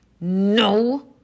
No